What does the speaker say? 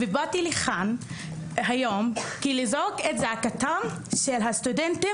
ובאתי לכאן היום כדי לזעוק את זעקתם של הסטודנטים